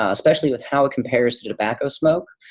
especially with how it compares to tobacco smoke.